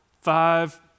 five